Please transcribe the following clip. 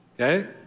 Okay